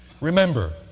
Remember